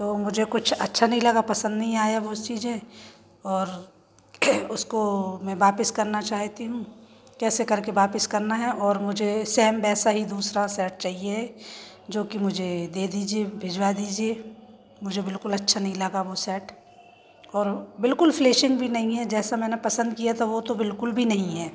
तो मुझे कुछ अच्छा नहीं लगा पसंद नहीं आया वो चीज़ें और उसको मैं वापस करना चाहती हूँ कैसे करके वापस करना है और मुझे सेम वैसा ही दूसरा सेट चाहिए जो कि मुझे दे दीजिए भिजवा दीजिए मुझे बिल्कुल अच्छा नहीं लगा वो सेट और बिल्कुल फिलिसिंग भी नहीं है जैसा मैंने पसंद किया था वो तो बिल्कुल भी नहीं है